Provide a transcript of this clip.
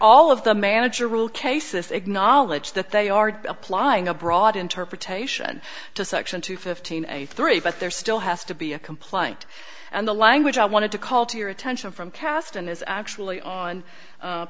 all of the manager rule cases acknowledge that they are applying a broad interpretation to section two fifteen a three but there still has to be a complaint and the language i wanted to call to your attention from kasten is actually on